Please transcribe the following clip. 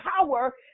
power